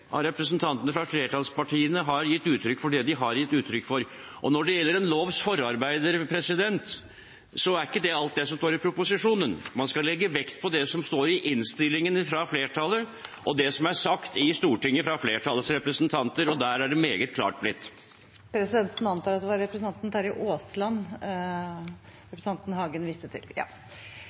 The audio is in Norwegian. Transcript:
av representantene fra flertallspartiene har gitt uttrykk for det de har gitt uttrykk for. Når det gjelder en lovs forarbeider, er ikke det alt det som står i proposisjonen – man skal legge vekt på det som står i innstillingen fra flertallet, og det som er sagt i Stortinget fra flertallets representanter. Der er det blitt meget klart. Presidenten antar at det var representanten Terje Aasland representanten viste til.